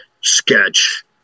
sketch